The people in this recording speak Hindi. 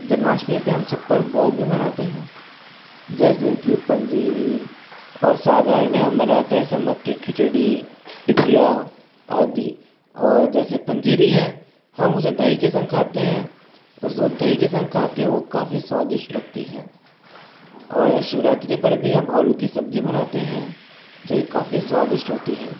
जन्माष्टमी पे हम छप्पन भोग भी मानते हैं जैसे कि पंजीरी और सागर में हम बनाते हैं सम्मक की खिचड़ी टिकिया आदि और जैसे पंजीरी हैं हम उसे दही के संग खाते हैं उसको दही के संग खा कर वो काफ़ी स्वादिष्ट लगती है और शिवरात्रि पर भी हम आलू की सब्ज़ी बनाते हैं जो कि काफ़ी स्वादिष्ट होती है